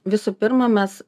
visų pirma mes